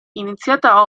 iniziata